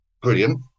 Brilliant